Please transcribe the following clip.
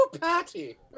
Patty